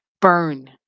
Burn